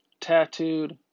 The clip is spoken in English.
tattooed